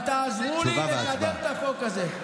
אבל תעזרו לי לקדם את החוק הזה.